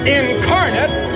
incarnate